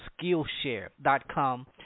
Skillshare.com